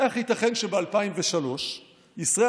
איך ייתכן שב-2003 ישראל,